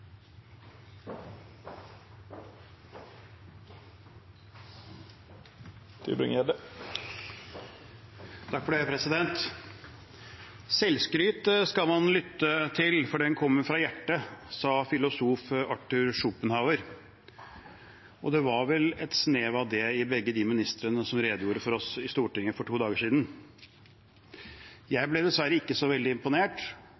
Selvskryt skal man lytte til, for den kommer fra hjertet, sa filosof Arthur Schopenhauer. Det var vel et snev av det hos begge de ministrene som redegjorde for oss i Stortinget for to dager siden. Jeg ble dessverre ikke så veldig imponert,